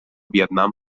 vietnam